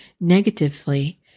negatively